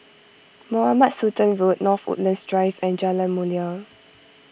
Mohamed Sultan Road North Woodlands Drive and Jalan Mulia